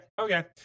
okay